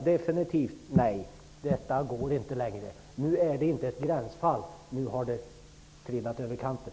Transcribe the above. Vad krävs för att vi skall säga att det inte går längre, att det inte är ett gränsfall och att det har trillat över kanten?